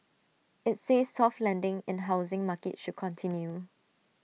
IT says soft landing in housing market should continue